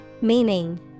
Meaning